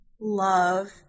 love